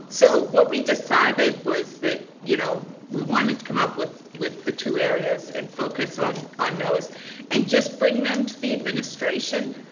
so what we decided was that you know we wanted to come up with with the two areas and focus on on those and just bring them to the administration,